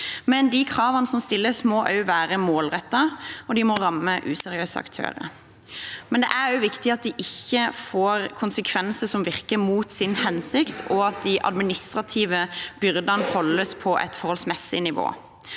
De kravene som stilles, må også være målrettede, og de må ramme useriøse aktører, men det er viktig at de ikke får konsekvenser som virker mot sin hensikt, og at de administrative byrdene holdes på et forholdsmessig nivå.